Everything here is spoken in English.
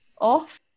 off